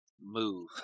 Move